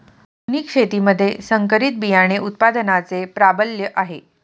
आधुनिक शेतीमध्ये संकरित बियाणे उत्पादनाचे प्राबल्य आहे